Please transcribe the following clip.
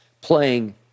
playing